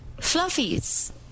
Fluffies